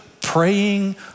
praying